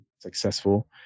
successful